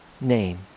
name